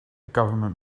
government